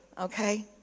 Okay